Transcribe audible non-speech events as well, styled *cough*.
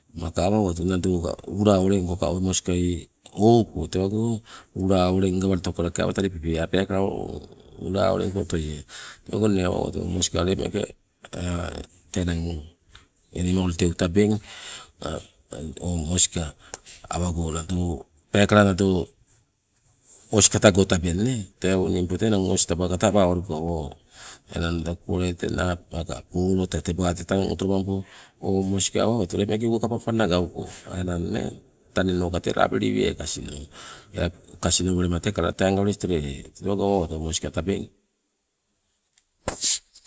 Maka awa owatu nado ka ulaa olengka *unintelligible* ouko tewango ulaa olengkoka gawalitoko teka awa talipupe aa peekala ulaa oleng otoie, tewango inne awa owatu o moska lepo meeke *hesitation* tee anang enimol teu tabeng *hesitation* o moska awago nado peekala nado os katago tabeng nee. Eu ningpo tee os taba katabawaluko enang naba kokole naba maka polo tee teba tang otolomampo. O moska awa owatu lepo meeke uwaka pampanna gauko enang nee tanenoka tee la wili kasino, tee asinoka welema la teka teenga welestoleai tewago awa owatu moska tabeng. *noise*